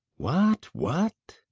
what, what?